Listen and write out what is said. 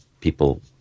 people